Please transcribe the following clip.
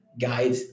guide